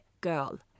girl